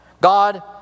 God